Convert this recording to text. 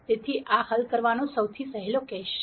તેથી આ હલ કરવાનો સૌથી સહેલો કેસ છે